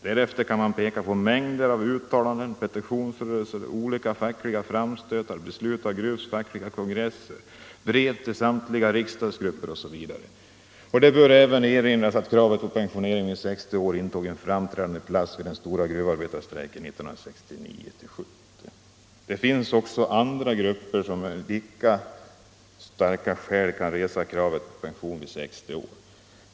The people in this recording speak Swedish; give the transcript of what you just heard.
Därefter kan man peka på mängder av uttalanden, petitionsrörelser, olika fackliga framstötar, beslut av Gruvs fackliga kongress, brev till samtliga riksdagsgrupper osv. Det bör även erinras om att kravet på pensionering vid 60 år intog en framträdande plats under den stora gruvarbetarstrejken 1969-1970. Det finns också andra grupper som med lika starka skäl kan resa krav på pension vid 60 år.